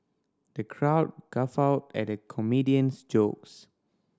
the crowd guffawed at the comedian's jokes